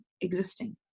existing